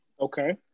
Okay